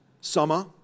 summer